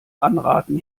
anraten